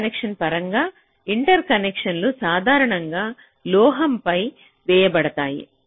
ఇంటర్కనెక్షన్ల పరంగా ఇంటర్కనెక్షన్లు సాధారణంగా లోహంపై వేయబడతాయి